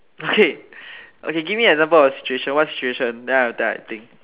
okay okay give me example of situation one situation then I then I think